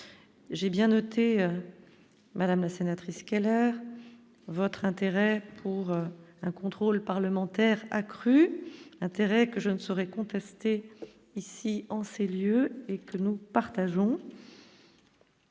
j'ai bien noté, madame la sénatrice quelle heure votre intérêt pour un contrôle parlementaire accru l'intérêt que je ne saurais contester ici en ces lieux et que nous partageons.